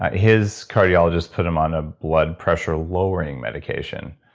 his cardiologist put him on a blood pressure lowering medication,